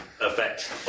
effect